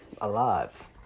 alive